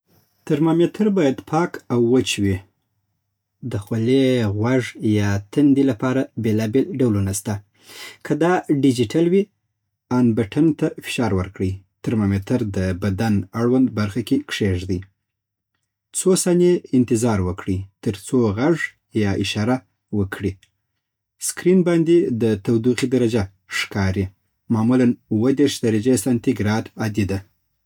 ترمامیتر باید پاک او وچ وي. د خولې، غوږ یا تندي لپاره بېلا بېل ډولونه سته. که دا ډیجیټل وي، آن بټن ته فشار ورکړئ. ترمامیتر د بدن اړوند برخه کې کیږدئ. څو ثانیې انتظار وکړئ ترڅو غږ یا اشاره ورکړي. سکرین باندې د تودوخې درجه ښکاري. معمولا اووه دېرش درجې سانتي ګراد عادي ده